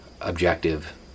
objective